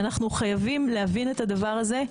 ואנחנו חייבים להבין את הדבר הזה,